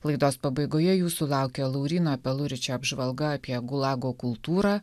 laidos pabaigoje jūsų laukia lauryno peluričio apžvalga apie gulago kultūrą